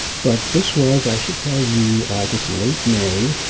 but this was, i should tell you, i guess late may,